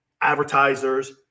Advertisers